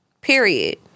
Period